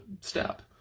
step